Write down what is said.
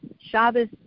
Shabbos